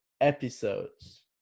episodes